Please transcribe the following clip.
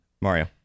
Mario